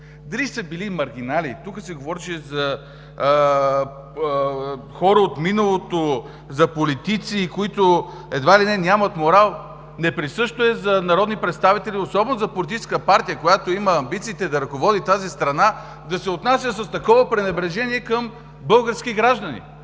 дали са били маргинали, тук се говореше за хора от миналото, за политици, които едва ли не нямат морал, неприсъщо е за народни представители, особено за политическата партия, която има амбициите да ръководи тази страна, да се отнася с такова пренебрежение към български граждани!